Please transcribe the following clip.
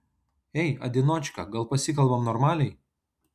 ei adinočka gal pasikalbam normaliai